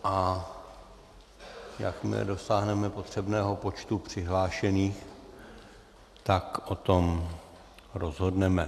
A jakmile dosáhneme potřebného počtu přihlášených, tak o tom rozhodneme.